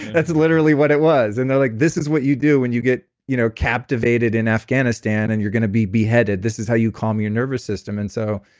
that's literally what it was, and they're like, this is what you do when you get you know captivated in afghanistan, and you're going to be beheaded. this is how you calm your nervous system. and so,